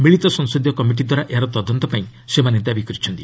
ମିଳିତ ସଂସଦୀୟ କମିଟିଦ୍ୱାରା ଏହାର ତଦନ୍ତପାଇଁ ସେମାନେ ଦାବି କରିଛନ୍ତି